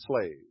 slave